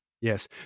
yes